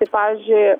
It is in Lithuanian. kaip pavyzdžiui